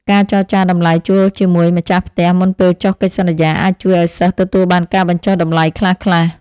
ការចរចាតម្លៃជួលជាមួយម្ចាស់ផ្ទះមុនពេលចុះកិច្ចសន្យាអាចជួយឱ្យសិស្សទទួលបានការបញ្ចុះតម្លៃខ្លះៗ។